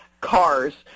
cars